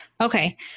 Okay